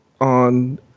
on